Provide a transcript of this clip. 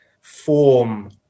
form